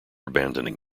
abandoning